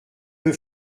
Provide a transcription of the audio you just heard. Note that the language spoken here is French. peu